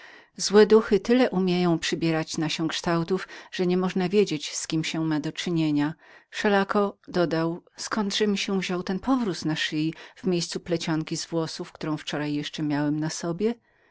złe duchy tyle umieją przybierać na się kształtów że niemożna wiedzieć z kim się ma do czynienia wszelako dodał zkądże mi się wziął ten powróz na szyi w miejscu plecionki z włosów którą wczoraj jeszcze miałem na sobie